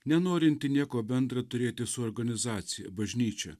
nenorinti nieko bendra turėti su organizacija bažnyčia